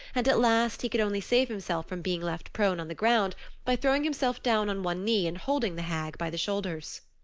and at last he could only save himself from being left prone on the ground by throwing himself down on one knee and holding the hag by the shoulders.